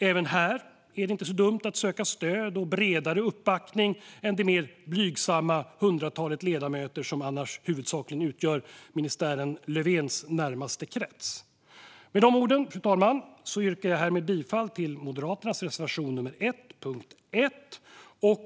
Även här är det inte så dumt att söka stöd och bredare uppbackning än det mer blygsamma hundratalet ledamöter som annars utgör ministären Löfvens närmaste krets. Med de orden, fru talman, yrkar jag bifall till Moderaternas reservation nr 1 under punkt 1.